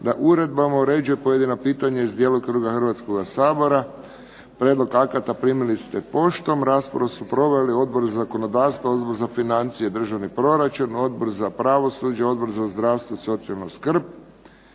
da uredbama uređuje pojedina pitanja iz djelokruga Hrvatskoga sabora. Prijedlog akata primili ste poštom. Raspravu su proveli Odbor za zakonodavstvo, Odbor za financije i državni proračun, Odbor za pravosuđe, Odbor za zdravstvo i socijalnu skrb.